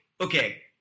okay